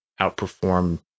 outperform